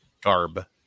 Garb